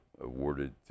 awarded